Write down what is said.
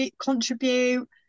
contribute